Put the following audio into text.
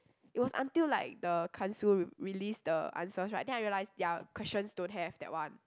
it was until like the Kan Siew release the answers right then I realised their questions don't have that one